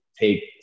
take